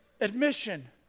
admission